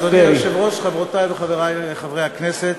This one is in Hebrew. אדוני היושב-ראש, חברותי וחברי חברי הכנסת,